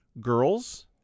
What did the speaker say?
girls